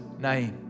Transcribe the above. name